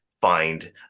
find